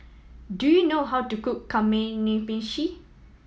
do you know how to cook Kamameshi